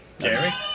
Jerry